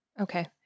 Okay